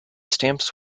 stamps